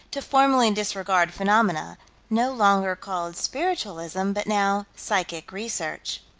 to formerly disregarded phenomena no longer called spiritualism but now psychic research.